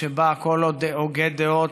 שבה כל עוד הוגה דעות,